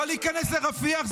לא להיכנס לרפיח?